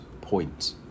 point